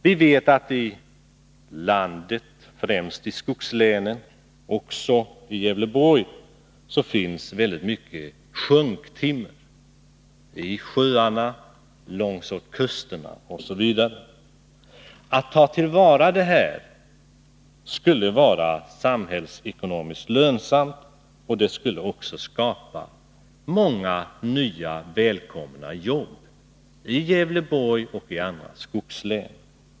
Vi vet att det i landet — främst i skogslänen, och då även i Gävleborgs län — finns väldigt mycket sjunktimmer i sjöarna, längs kusterna osv. Att ta till vara det här timret skulle vara samhällsekonomiskt lönsamt, och det skulle även skapa många nya välkomna jobb i Gävleborgs län och i andra skogslän.